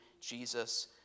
Jesus